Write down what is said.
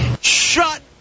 Shut